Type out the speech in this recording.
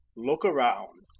look around!